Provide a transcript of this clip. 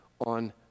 on